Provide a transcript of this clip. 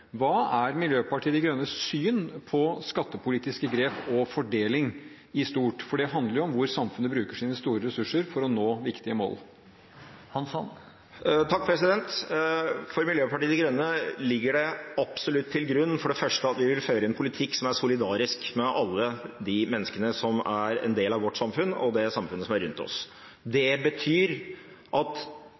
Hva er Miljøpartiet De Grønnes syn på skattepolitiske grep og fordeling i stort, for det handler jo om hvor samfunnet bruker sine store ressurser for å nå viktige mål? For Miljøpartiet De Grønne ligger det absolutt til grunn at vi for det første vil føre en politikk som er solidarisk med alle de menneskene som er en del av vårt samfunn, og det samfunnet som er rundt oss. Det betyr at